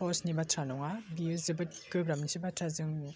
सहसनि बाथ्रा नङा बियो जोबोद गोब्राबनिसो बाथ्रा जों